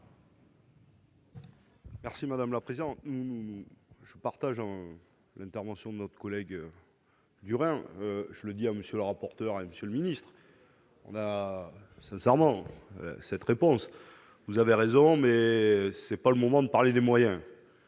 Merci madame la présidente, nous je partage en l'intervention de notre collègue du Rhin, je le dis à monsieur le rapporteur a Monsieur le Ministre. On a sincèrement cette réponse, vous avez raison, mais c'est pas le moment de parler des moyens